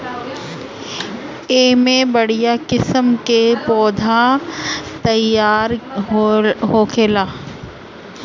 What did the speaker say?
एमे बढ़िया किस्म के पौधा तईयार होखेला